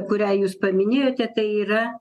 kurią jūs paminėjote tai yra